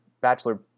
bachelor